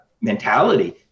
mentality